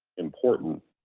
important.